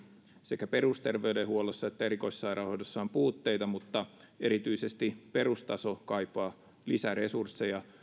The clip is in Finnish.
sekä perusterveydenhuollossa että erikoissairaanhoidossa on puutteita mutta erityisesti perustaso kaipaa lisäresursseja